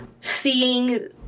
seeing